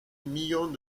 millions